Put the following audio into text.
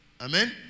Amen